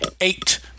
Eight